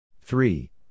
Three